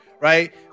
right